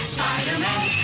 Spider-Man